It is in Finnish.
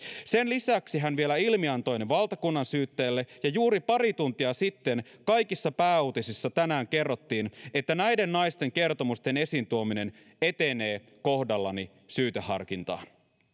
sen lisäksi hän vielä ilmiantoi ne valtakunnansyyttäjälle ja juuri pari tuntia sitten kaikissa pääuutisissa tänään kerrottiin että näiden naisten kertomusten esiin tuominen etenee kohdallani syyteharkintaan